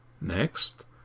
Next